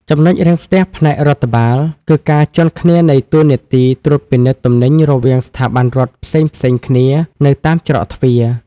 ចំណុចរាំងស្ទះផ្នែករដ្ឋបាល គឺការជាន់គ្នានៃតួនាទីត្រួតពិនិត្យទំនិញរវាងស្ថាប័នរដ្ឋផ្សេងៗគ្នានៅតាមច្រកទ្វារ។